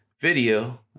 video